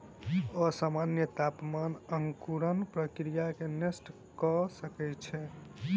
असामन्य तापमान अंकुरण प्रक्रिया के नष्ट कय सकै छै